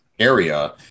area